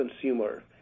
consumer